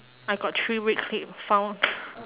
I got three red clip found